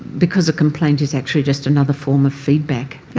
because a complaint is actually just another form of feedback.